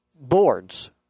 boards